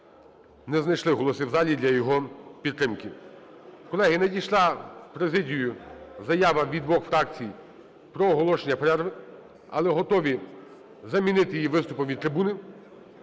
не знайшли голоси в залі для його підтримки. Колеги, надійшла в президію заява від двох фракцій про оголошення перерви, але готові замінити її виступом від трибуни.